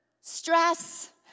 stress